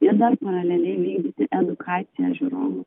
ir dar paraleliai vykdyti edukaciją žiūrovų